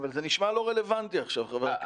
אבל זה נשמע לא רלוונטי עכשיו, חבר הכנסת אלחרומי.